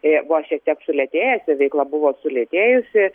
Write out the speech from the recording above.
buvo šiek tiek sulėtėjęs jo veikla buvo sulėtėjusi